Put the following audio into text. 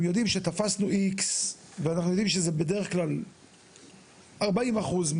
אם יודעים שתפסנו X ואנחנו יודעים שזה בדרך כלל 40% ,